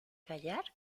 callar